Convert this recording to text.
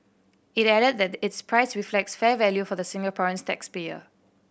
it added that its price reflects fair value for the Singaporean tax payer